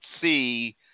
see